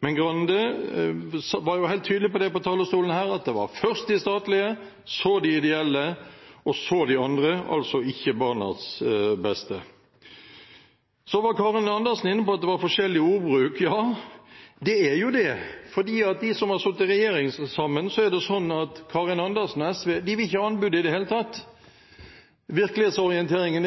men Grande var fra talerstolen her helt tydelig på at først er det de statlige, så de ideelle og så de andre – altså ikke barnas beste. Karin Andersen var inne på at det var forskjellig ordbruk. Ja, det er det. Blant dem som har sittet i regjering sammen, er det slik at Karin Andersen og SV ikke vil ha anbud i det hele tatt. Virkelighetsorienteringen